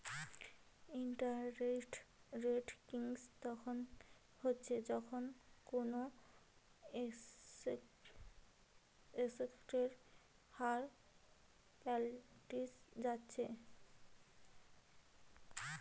interest rate risk তখন হচ্ছে যখন কুনো এসেটের হার পাল্টি যাচ্ছে